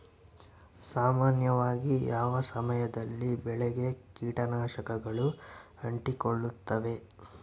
ಸಾಮಾನ್ಯವಾಗಿ ಯಾವ ಸಮಯದಲ್ಲಿ ಬೆಳೆಗೆ ಕೇಟನಾಶಕಗಳು ಅಂಟಿಕೊಳ್ಳುತ್ತವೆ?